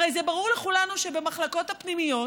הרי ברור לכולנו שבמחלקות הפנימיות,